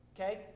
okay